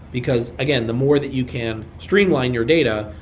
because again, the more that you can streamline your data,